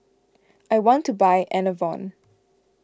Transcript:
I want to buy Enervon